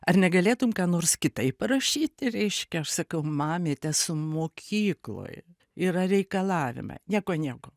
ar negalėtum ką nors kitaip parašyti reiškia aš sakau mamyt esu mokykloj yra reikalavimai nieko nieko